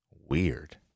weird